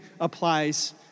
applies